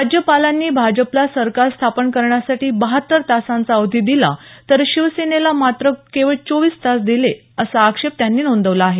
राज्यपालांनी भाजपला सरकार स्थापन करण्यासाठी बहात्तर तासांचा अवधी दिला तर शिवसेनेला मात्र केवळ चोवीस तास दिले असा आक्षेप त्यांनी नोंदवला आहे